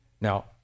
Now